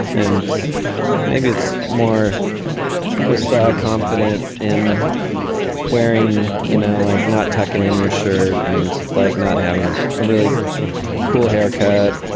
and maybe it's more just confident in wearing, you know, like not tucking in your shirt and like not having a really cool haircut.